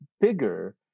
bigger